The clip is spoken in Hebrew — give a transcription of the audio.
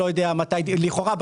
לכאורה,